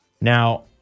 Now